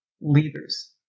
leaders